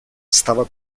stava